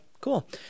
cool